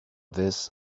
this